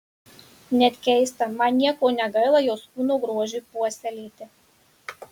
net keista man nieko negaila jos kūno grožiui puoselėti